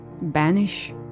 banish